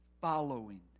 following